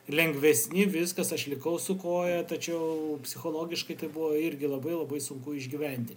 lengvesni viskas aš likau su koja tačiau psichologiškai tai buvo irgi labai labai sunku išgyventi